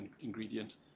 ingredient